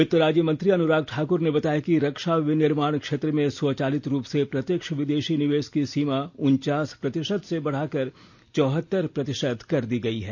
वित्त राज्यमंत्री अनुराग ठाकुर ने बताया कि रक्षा विनिर्माण क्षेत्र में स्वचालित रूप से प्रत्यक्ष विदेशी निवेश की सीमा उनचास प्रतिशत से बढ़ाकर चौहतर प्रतिशत कर दी गई है